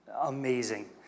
amazing